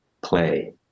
play